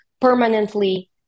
permanently